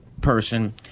person